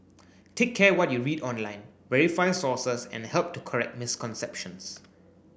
take care what you read online verify sources and help to correct misconceptions